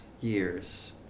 years